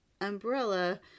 umbrella